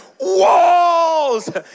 walls